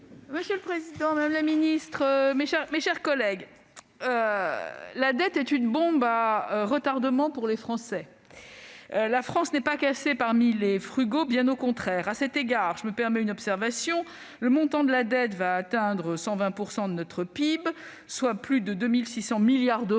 Monsieur le président, madame la ministre, mes chers collègues, la dette est une bombe à retardement pour les Français. La France n'est pas classée parmi les pays frugaux, bien au contraire ! À cet égard, je me permets une observation : le montant de la dette atteindra 120 % de notre PIB, soit plus de 2 600 milliards d'euros,